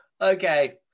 Okay